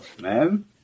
man